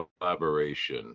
collaboration